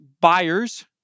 buyers